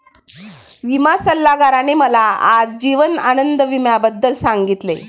विमा सल्लागाराने मला आज जीवन आनंद विम्याबद्दल सांगितले